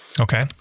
Okay